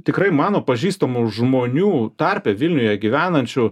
tikrai mano pažįstamų žmonių tarpe vilniuje gyvenančių